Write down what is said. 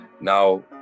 Now